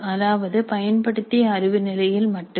அதாவது பயன்படுத்திய அறிவு நிலையில் மட்டும்